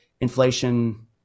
inflation